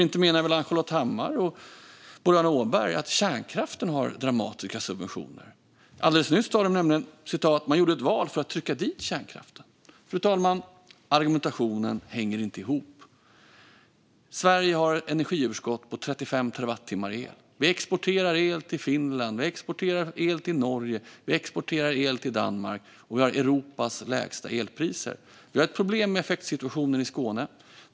Inte menar väl Ann-Charlotte Hammar Johnsson och Boriana Åberg att kärnkraften får dramatiska subventioner? Alldeles nyss sas det nämligen att vi gjorde ett val för att trycka dit kärnkraften. Argumentationen hänger inte ihop, fru talman. Sverige har ett energiöverskott på 35 terawattimmar el. Vi exporterar el till Finland, Norge och Danmark, och vi har Europas lägsta elpriser. Vi har dock problem med effektsituationen i Skåne.